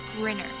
Grinner